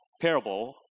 parable